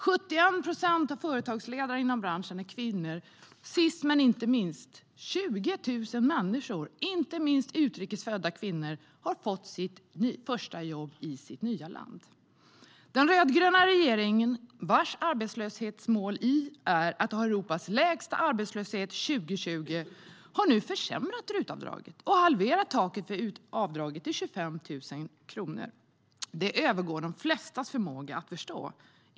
71 procent av företagsledarna inom branschen är kvinnor, och sist men inte minst har 20 000 människor, inte minst utrikesfödda kvinnor, fått sitt första jobb i sitt nya land. Den rödgröna regeringen, vars arbetslöshetsmål är att ha Europas lägsta arbetslöshet 2020, har nu försämrat RUT-avdraget och halverat taket för avdraget till 25 000. Det övergår de flestas förmåga att förstå.